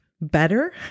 better